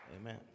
Amen